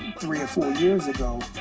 three or four years ago.